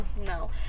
no